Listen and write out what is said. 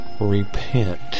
repent